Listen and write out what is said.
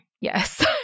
Yes